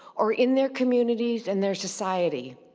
or in their communities and their society.